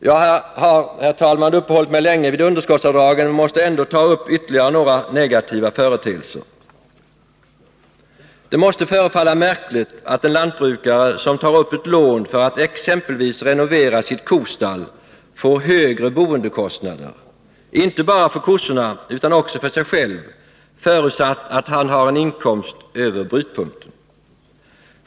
Jag har, herr talman, uppehållit mig länge vid underskottsavdragen, men jag måste ändå ta upp ytterligare några negativa företeelser. Det måste förefalla märkligt att en lantbrukare som tar upp ett lån för att exempelvis renovera sitt kostall får högre boendekostnader — inte bara för kossorna utan också för sig själv, förutsatt att han har en inkomst över brytpunkten.